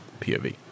POV